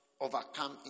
overcome